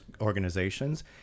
organizations